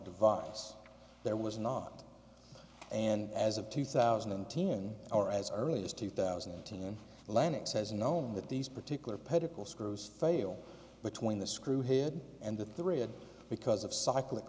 device there was not and as of two thousand and ten or as early as two thousand and ten lennox has known that these particular political screws fail between the screw head and the three a because of cyclic